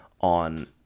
on